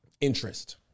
interest